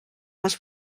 les